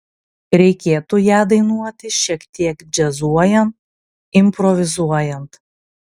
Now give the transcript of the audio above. reikėtų ją dainuoti šiek tiek džiazuojant improvizuojant